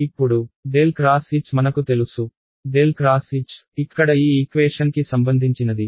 ఇప్పుడు ∇ X H మనకు తెలుసు ∇ X H ఇక్కడ ఈ ఈక్వేషన్ కి సంబంధించినది